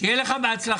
שיהיה לך בהצלחה.